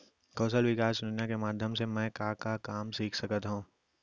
कौशल विकास योजना के माधयम से मैं का का काम सीख सकत हव?